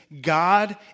God